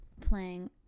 playing